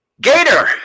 Gator